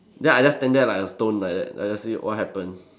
then I just stand there like a stone like that like just say what happen